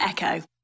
Echo